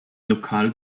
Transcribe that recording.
lokal